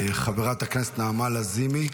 חברת הכנסת נעמה לזימי,